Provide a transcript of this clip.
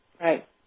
Right